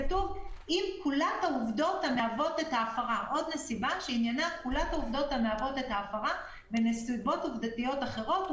כתוב כך: "..העובדות המהוות את ההפרה ונסיבות עובדתיות אחרות,